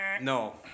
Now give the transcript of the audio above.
No